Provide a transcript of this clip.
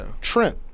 Trent